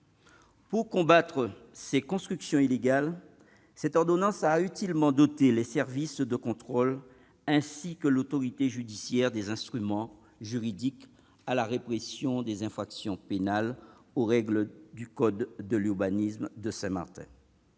Pour combattre ces constructions illégales, cette ordonnance a utilement doté les services de contrôle ainsi que l'autorité judiciaire des instruments juridiques adaptés à la répression des infractions pénales aux règles du code de l'urbanisme de Saint-Martin.